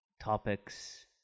topics